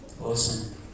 Awesome